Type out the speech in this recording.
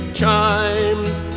chimes